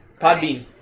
Podbean